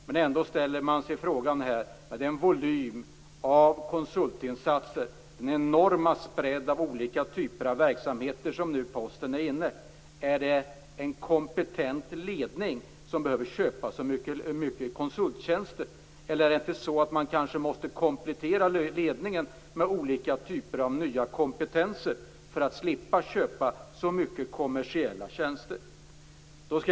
Med den volym av konsultinsatser och den enorma spread av olika typer av verksamheter som Posten nu ägnar sig åt, ställer man sig ändå frågan om det verkligen är en kompetent ledning som behöver köpa så mycket konsulttjänster. Eller är det så att man kanske måste komplettera ledningen med olika typer av nya kompetenser för att slippa köpa så mycket kommersiella tjänster?